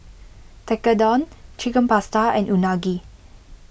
Tekkadon Chicken Pasta and Unagi